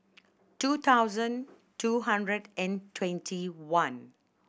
two thousand two hundred and twenty one